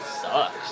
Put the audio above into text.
Sucks